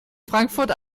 frankfurt